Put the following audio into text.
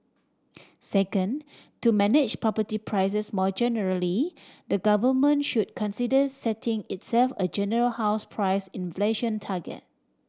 second to manage property prices more generally the government should consider setting itself a general house price inflation target